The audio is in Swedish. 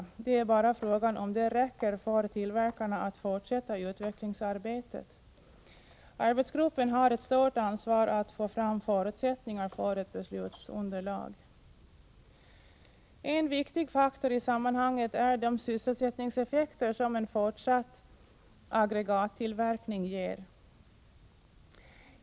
Frågan är bara om det räcker för tillverkarna att fortsätta utvecklingsarbetet. Arbetsgruppen har ett stort ansvar för att få fram ett beslutsunderlag. En viktig faktor i sammanhanget är de sysselsättningseffekter som en fortsatt aggregattillverkning ger.